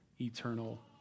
eternal